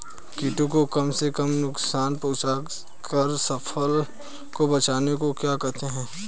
कीटों को कम से कम नुकसान पहुंचा कर फसल को बचाने को क्या कहते हैं?